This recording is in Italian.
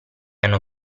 hanno